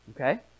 Okay